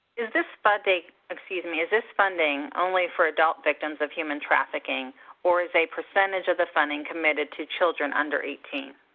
is this funding excuse me. is this funding only for adult victims of human trafficking or is a percentage of the funding committed to children under eighteen?